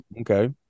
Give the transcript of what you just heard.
Okay